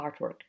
artwork